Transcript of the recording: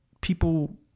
people